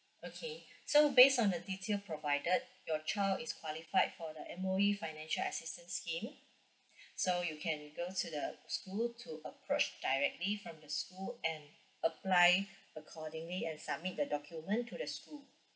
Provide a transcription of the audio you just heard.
okay so based on the detail provided your child is qualified for the M_O_E financial assistance scheme so you can go to the school to approach directly from the school and apply accordingly and submit the document to the school